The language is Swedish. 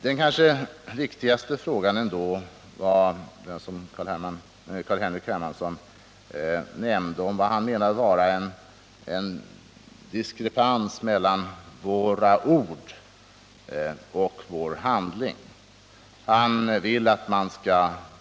Den kanske viktigaste frågan var den där Carl-Henrik Hermansson menade att det fanns en diskrepans mellan våra ord och vår handling.